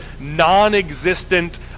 non-existent